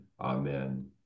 Amen